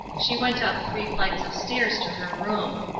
she went up three flights of stairs to her room.